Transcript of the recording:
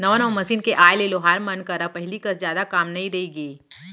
नवा नवा मसीन के आए ले लोहार मन करा पहिली कस जादा काम नइ रइगे